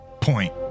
point